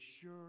sure